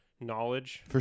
knowledge